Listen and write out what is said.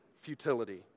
futility